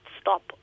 stop